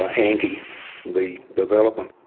ah anti the development.